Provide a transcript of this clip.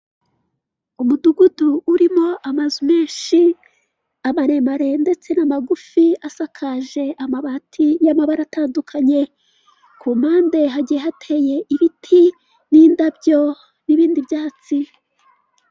Umudugudu urimo amazu menshi, amaremare ndetse n'amagufi asakaje amabati y'amabara atandukanye. Ku mpande hagiye hateye ibiti n'indabyo n'ibindi byatsi.